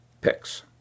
picks